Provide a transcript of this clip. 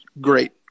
great